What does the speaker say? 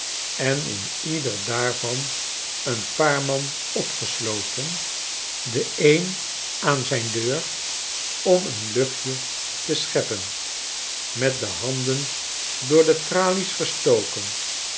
en in ieder daarvan een paar man opgesloten de een aan zijn deur om een luchtje te scheppen met de handen door te tralies gestoken